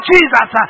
Jesus